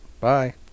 bye